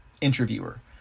Interviewer